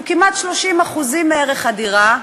שהוא כמעט 30% מערך הדירה,